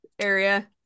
area